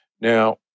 now